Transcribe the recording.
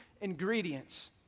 ingredients